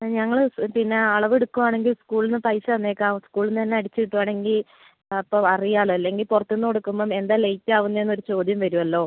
ഞങ്ങൾ പിന്നെ അളവ് എടുക്കുവാണെങ്കിൽ സ്കൂളിൽ നിന്ന് പൈസ തന്നേക്കാം സ്കൂളിൽ നിന്ന് തന്നെ അടിച്ച് കിട്ടുവാണെങ്കിൽ അപ്പം അറിയാമല്ലോ അല്ലെങ്കിൽ പുറത്തുനിന്ന് കൊടുക്കുമ്പം എന്താണ് ലേറ്റ് ആവുന്നതെന്ന് ഒരു ചോദ്യം വരുമല്ലോ